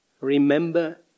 remember